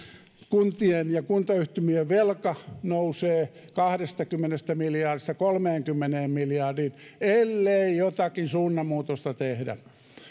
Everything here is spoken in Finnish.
kuntien ja kuntayhtymien velka nousee kahdestakymmenestä miljardista kolmeenkymmeneen miljardiin ellei jotakin suunnanmuutosta tehdä